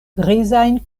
grizajn